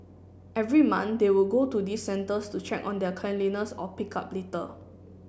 every month they would go to these centres to check on their cleanliness or pick up litter